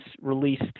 released